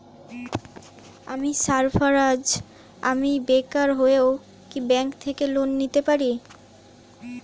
আমি সার্ফারাজ, আমি বেকার হয়েও কি ব্যঙ্ক থেকে লোন নিতে পারি?